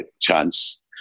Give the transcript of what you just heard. chance